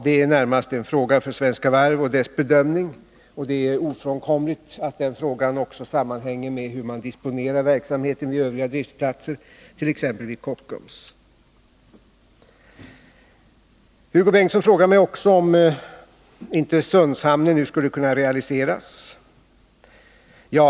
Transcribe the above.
Det är närmast en fråga som Svenska Varv har att bedöma, och det är ofrånkomligt att den frågan också sammanhänger med hur man disponerar verksamheten vid övriga driftplatser, t.ex. vid Kockums. Hugo Bengtsson frågade mig också om inte Sundshamnen nu skulle kunna realiseras.